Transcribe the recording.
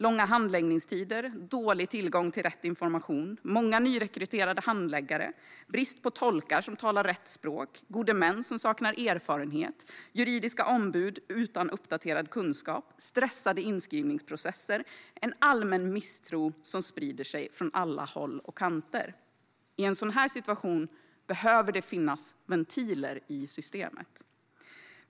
Långa handläggningstider, dålig tillgång till rätt information, många nyrekryterade handläggare, brist på tolkar som talar rätt språk, gode män som saknar erfarenhet, juridiska ombud utan uppdaterad kunskap, stressade inskrivningsprocesser och en allmän misstro som sprider sig från alla håll och kanter. I en sådan situation behöver det finnas ventiler i systemet.